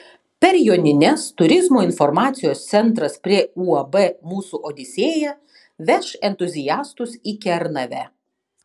per jonines turizmo informacijos centras prie uab mūsų odisėja veš entuziastus į kernavę